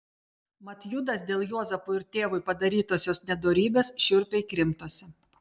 mat judas dėl juozapui ir tėvui padarytosios nedorybės šiurpiai krimtosi